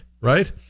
right